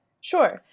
Sure